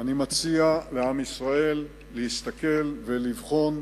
שאני מציע לעם ישראל להסתכל ולבחון,